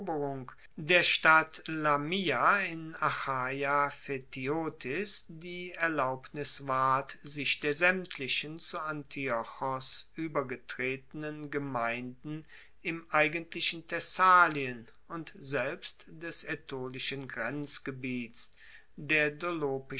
der stadt lamia in achaia phthiotis die erlaubnis ward sich der saemtlichen zu antiochos uebergetretenen gemeinden im eigentlichen thessalien und selbst des aetolischen grenzgebiets der